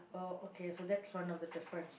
oh okay so that's one of the difference